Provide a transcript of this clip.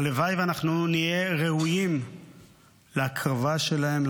והלוואי שאנחנו נהיה ראויים להקרבה שלהם,